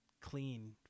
clean